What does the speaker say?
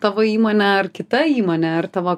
tavo įmonė ar kita įmonė ar tavo